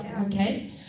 okay